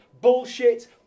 Bullshit